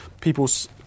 people's